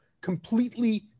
completely